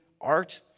art